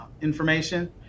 information